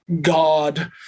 God